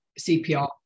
CPR